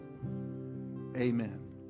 Amen